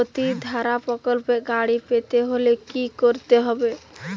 গতিধারা প্রকল্পে গাড়ি পেতে হলে কি করতে হবে?